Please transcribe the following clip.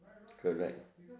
correct